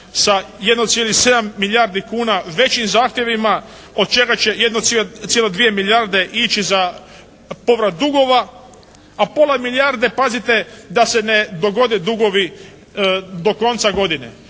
sa 1,7 milijardi kuna većim zahtjevima od čega će 1,2 milijarde ići za povrat dugova, a pola milijarde pazite da se ne dogode dugovi do konca godine.